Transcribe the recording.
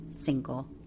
single